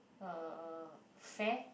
uh fare